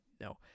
no